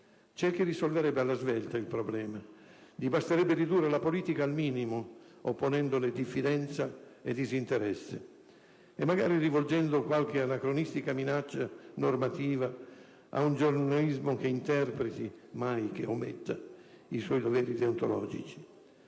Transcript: C'è chi risolverebbe alla svelta il problema: gli basterebbe ridurre la politica al minimo, opponendole diffidenza e disinteresse e magari rivolgendo qualche anacronistica minaccia normativa a un giornalismo che interpreti - mai che ometta - i suoi doveri deontologici.